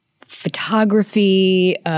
photography